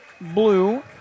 blue